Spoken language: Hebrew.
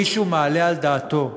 מישהו מעלה על דעתו שעכשיו,